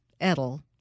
Edel